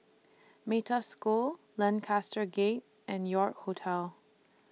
Metta School Lancaster Gate and York Hotel